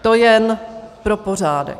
To jen pro pořádek.